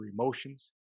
emotions